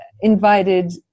invited